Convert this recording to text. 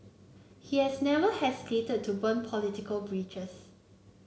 he has never hesitated to burn political bridges